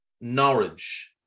Norwich